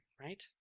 Right